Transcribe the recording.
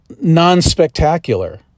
non-spectacular